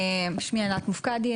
שמי ענת מופקדי,